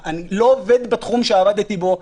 אני לא עובד בתחום שעבדתי בו,